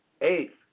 Eighth